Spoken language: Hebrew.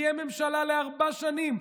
תהיה ממשלה לארבע שנים,